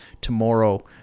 tomorrow